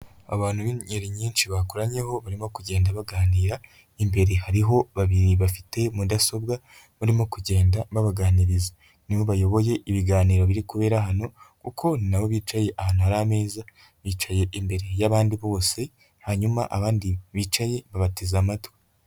Abantu bingeri nyinshi bakoranyeho barimo kugenda baganira, imbere hariho babiri bafite mudasobwa barimo kugenda babaganiriza nibo bayoboye ibiganiro biri kubera hano kuko ni nabo bicaye ahantu hari ameza bicaye imbere yabandi bose hanyuma abandi bicaye babateze amatwi.